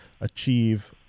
achieve